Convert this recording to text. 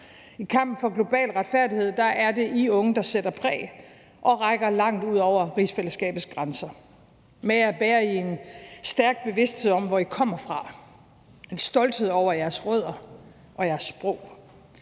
i kampen for global retfærdighed er det jer unge, der sætter præg på det og rækker langt ud over rigsfællesskabets grænser. Med jer bærer I en stærk bevidsthed om, hvor I kommer fra, en stolthed over jeres rødder og jeres sprog.